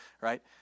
right